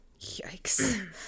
yikes